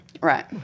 Right